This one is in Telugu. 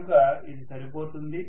కనుక ఇది సరిపోతుంది